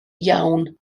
iawn